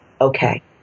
okay